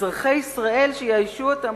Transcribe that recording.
אזרחי ישראל שיאיישו אותם,